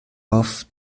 auf